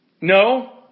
No